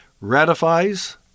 ratifies